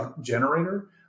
generator